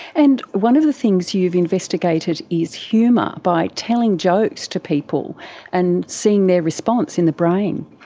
and one of the things you've investigated is humour, by telling jokes to people and seeing their response in the brain.